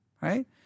Right